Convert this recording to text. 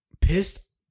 pissed